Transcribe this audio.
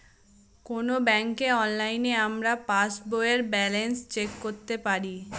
কোনো ব্যাঙ্কে অনলাইনে আমরা পাস বইয়ের ব্যালান্স চেক করতে পারি